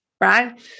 Right